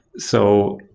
so,